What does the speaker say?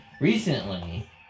recently